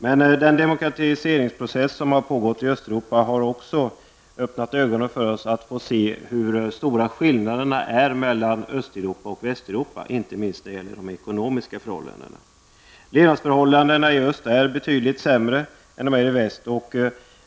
Men den demokratiseringsprocess som pågått i Östeuropa har också öppnat våra ögon för hur stora skillnaderna är mellan Östeuropa och Västeuropa, inte minst när det gäller de ekonomiska förhållandena. Levnadsförhållandena i öst är betydligt sämre än i väst.